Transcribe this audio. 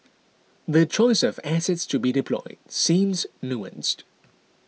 the choice of assets to be deployed seems nuanced